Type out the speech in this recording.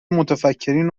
متفکرین